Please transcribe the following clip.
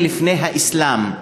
שזה לפני האסלאם,